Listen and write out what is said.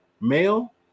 male